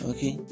Okay